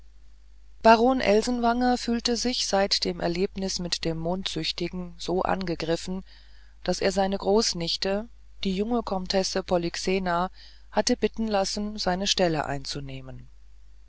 baron elsenwanger fühlte sich seit dem erlebnis mit dem mondsüchtigen so angegriffen daß er seine großnichte die junge komtesse polyxena hatte bitten lassen müssen seine stelle einzunehmen